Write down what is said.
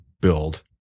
build